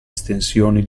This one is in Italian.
estensioni